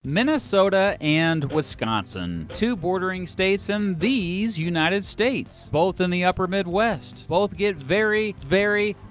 minnesota and wisconsin two bordering states in these united states. both in the upper midwest. both get very, very,